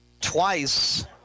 twice –